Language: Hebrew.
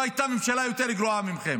לא הייתה ממשלה יותר גרועה מכם.